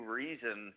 reason